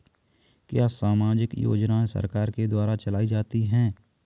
क्या सामाजिक योजनाएँ सरकार के द्वारा चलाई जाती हैं?